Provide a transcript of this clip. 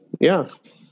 yes